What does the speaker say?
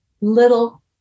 little